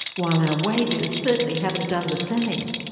while our wages certainly haven't done the same!